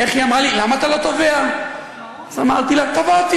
איך היא אמרה לי: למה אתה לא תובע?